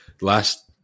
last